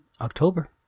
October